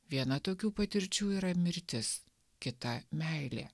viena tokių patirčių yra mirtis kita meilė